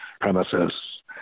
premises